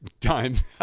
times